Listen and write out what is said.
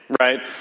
right